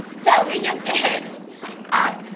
so, we just did up,